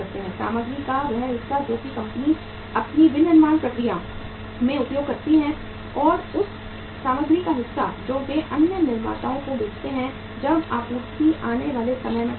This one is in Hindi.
सामग्री का वह हिस्सा जो वे अपनी विनिर्माण प्रक्रिया में उपयोग करते हैं और उस सामग्री का हिस्सा जो वे अन्य निर्माताओं को बेचते हैं जब आपूर्ति आने वाले समय में कम होती है